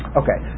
okay